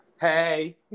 Hey